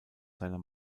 seiner